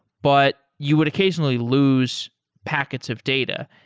but you would occasionally lose packets of data.